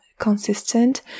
consistent